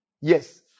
Yes